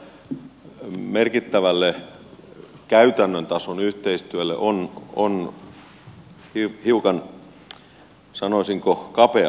pohja merkittävälle käytännön tason yhteistyölle on hiukan sanoisinko kapea